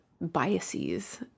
biases